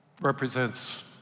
represents